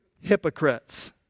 hypocrites